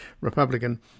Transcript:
Republican